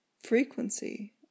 frequency